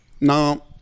Now